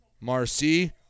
Marcy